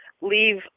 Leave